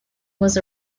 was